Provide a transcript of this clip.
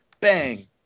Bang